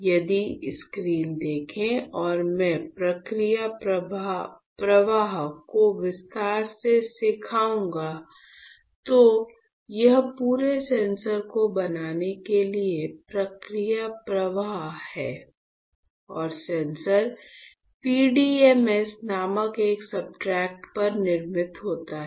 यदि स्क्रीन देखें और मैं प्रक्रिया प्रवाह को विस्तार से सिखाऊंगा तो यह पूरे सेंसर को बनाने के लिए प्रक्रिया प्रवाह है और सेंसर PDMS नामक एक सब्सट्रेट पर निर्मित होता है